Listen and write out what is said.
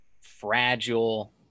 fragile